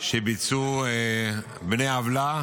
שביצעו בני עוולה